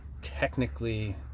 technically